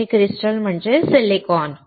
येथे क्रिस्टल म्हणजे सिलिकॉन